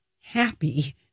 happy